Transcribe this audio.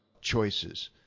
choices